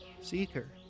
Seeker